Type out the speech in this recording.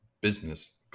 business